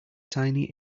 tiny